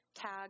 TAG